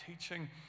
teaching